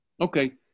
okay